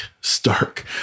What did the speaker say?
Stark